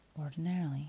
Ordinarily